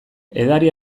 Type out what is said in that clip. edari